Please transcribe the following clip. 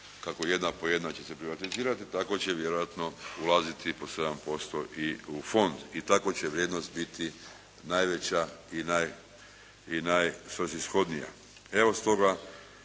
kako jedna po jedna će se privatizirati tako će vjerojatno ulaziti po 7% i u fond, i tako će vrijednost biti najveća i najsvrsishodnija. Evo, stoga